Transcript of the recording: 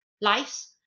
lives